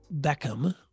Beckham